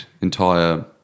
entire